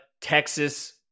texas